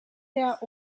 der